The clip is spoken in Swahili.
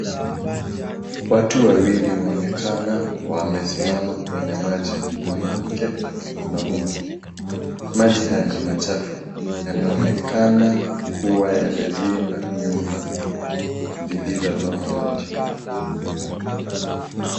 Watu wawili waonekana wamesimama kwenye maji, mwanamke na mwanaume. Maji haya ni machafu. Yanaonekana kuwa yamezimba nyumba zilizoloa maji.